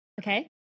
Okay